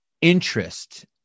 interest